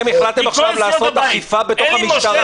החלטתם עכשיו לעשות אכיפה בתוך המשטרה.